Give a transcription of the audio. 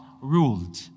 ruled